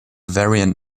variant